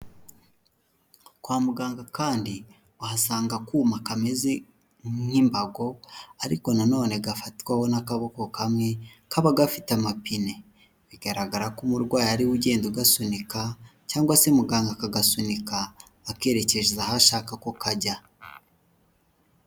Kwa muganga kandi wahasanga akuma kameze nk'imbago ariko nanone gafatwaho n'akaboko kamwe kaba gafite amapine, bigaragara ko umurwayi ariwe ugenda ugasunika cyangwa se muganga akagasunika akerekeza aho ashaka ko kajya.